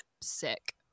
sick